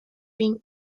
being